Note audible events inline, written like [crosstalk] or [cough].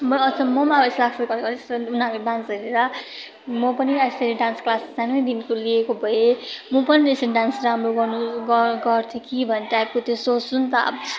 म अचम्म म पनि यस्तो लाग्छ कि घरिघरि [unintelligible] उनीहरूको डान्स हेरेर म पनि यसरी डान्स क्लास सानैदेखिको लिएको भए म पनि यसरी डान्स राम्रो गर्नु गर्थेँ कि भन्ने टाइपको त्यो सोच्छु नि त अब त्यस्तो त